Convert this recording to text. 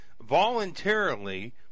voluntarily